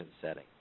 setting